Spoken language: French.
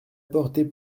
porter